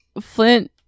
Flint